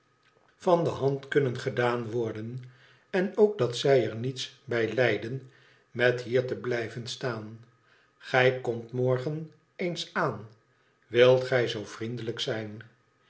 van de hand kunnen gedaan worden en ook dat zij er niets bij lijden met hier te blijven staan gij komt morgen eens aan wilt gij zoo vriendelijk zijn